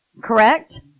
correct